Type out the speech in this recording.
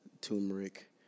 turmeric